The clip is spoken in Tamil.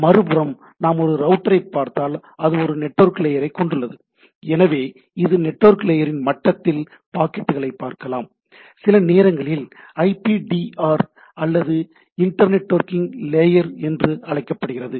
மறுபுறம் நாம் ஒரு ரவுட்டர் ஐ பார்த்தால் அது ஒரு நெட்வொர்க் லேயரை கொண்டுள்ளது எனவே இது நெட்வொர்க் லேயரின் மட்டத்தில் பாக்கெட்டுகளைப் பார்க்கலாம் சில நேரங்களில் ஐபிடிஆர் அல்லது இன்டர் நெட்வொர்க்கிங் லேயர் என்று அழைக்கப்படுகிறது